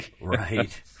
right